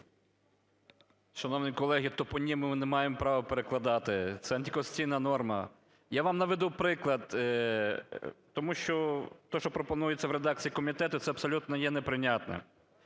Шановні колеги, топоніми не маємо права перекладати. Це антиконституційна норма. Я вам наведу приклад, тому що те, що пропонується в редакції комітету, це абсолютно є неприйнятним